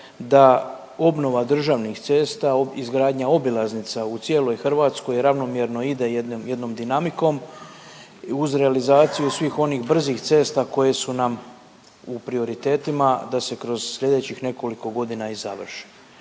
da obnova državnih cesta, izgradnja obilaznica u cijeloj Hrvatskoj ravnomjerno ide jednom, jednom dinamikom uz realizaciju svih onih brzih cesta koje su nam u prioritetima da se kroz slijedećih nekoliko godina i završe.